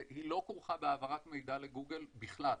והיא לא כרוכה בהעברת מידע לגוגל בכלל.